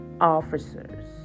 officers